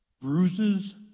Bruises